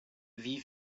wie